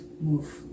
move